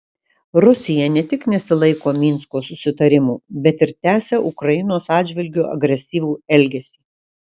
rusija ne tik nesilaiko minsko susitarimų bet ir tęsia ukrainos atžvilgiu agresyvų elgesį